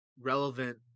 relevant